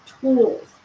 tools